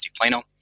plano